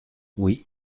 oui